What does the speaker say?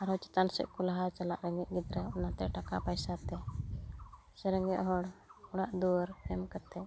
ᱟᱨᱚ ᱪᱮᱛᱟᱱ ᱥᱮᱫ ᱠᱚ ᱞᱟᱦᱟ ᱪᱟᱞᱟᱜ ᱞᱟᱹᱜᱤᱫ ᱜᱤᱫᱽᱨᱟᱹ ᱚᱱᱟᱛᱮ ᱴᱟᱠᱟ ᱯᱚᱭᱥᱟ ᱛᱮ ᱥᱮ ᱨᱮᱸᱜᱮᱡ ᱦᱚᱲ ᱚᱲᱟᱜ ᱫᱩᱭᱟᱹᱨ ᱢᱮᱱ ᱠᱟᱛᱮᱫ